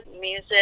music